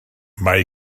mae